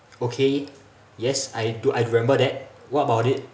okay yes I do I remember that what about it